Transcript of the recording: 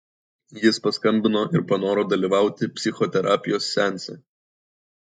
jis paskambino ir panoro dalyvauti psichoterapijos seanse